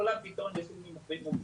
כולם פתאום נהיים מומחים.